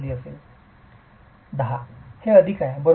विद्यार्थी हे 10 अधिक आहे बरोबर